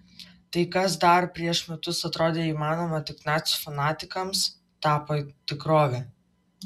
tai kas dar prieš metus atrodė įmanoma tik nacių fanatikams tapo tikrove